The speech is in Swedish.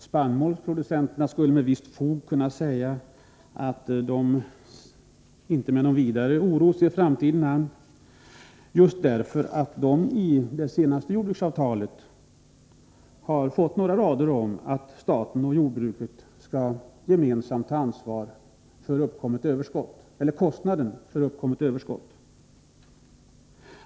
Spannmålsproducen terna skulle med visst fog kunna påstå att de inte ser framtiden an med någon större oro, då de i det senaste jordbrukspolitiska beslutet fick inskrivet att staten och jordbruket gemensamt skall ta ansvar för kostnaden för uppkommet överskott.